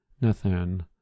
Nathan